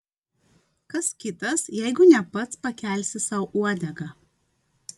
kas kitas jeigu ne pats pakelsi sau uodegą